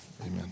amen